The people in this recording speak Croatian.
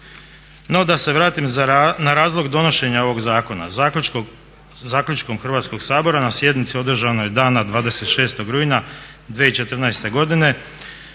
da se vratim na razlog donošenja ovog zakona. Zaključkom Hrvatskog sabora na sjednici održanoj dana 26. rujna 2014. godine